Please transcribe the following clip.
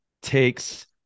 takes